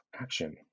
action